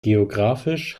geografisch